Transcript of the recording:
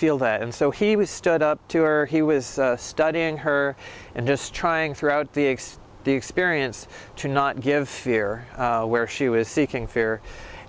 feel that and so he was stood up to or he was studying her and just trying throughout the x the experience to not give fear where she was seeking fear